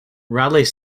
raleigh